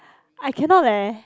I cannot leh